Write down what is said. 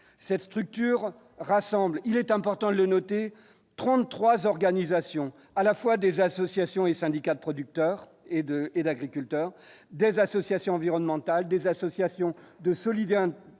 cette structure rassemble, il est important, le noter 33 organisations, à la fois des associations et syndicats de producteurs et de et d'agriculteurs des associations environnementales des associations de solidaire